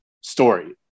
story